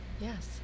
yes